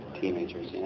Teenagers